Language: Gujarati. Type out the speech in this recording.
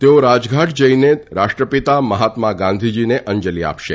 તેઓ રાજઘાટ જઇને રાષ્ટ્રપિતા મહાત્મા ગાંધીજીને અંજલી આપશે